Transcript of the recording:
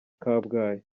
kabgayi